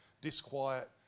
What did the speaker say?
disquiet